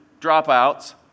dropouts